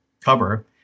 cover